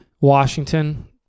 Washington